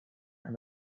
and